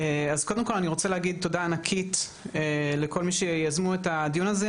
אז קודם כל אני רוצה להגיד תודה ענקית לכל מי שיזמו את הדיון הזה.